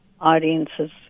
audiences